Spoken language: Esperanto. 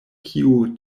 kiu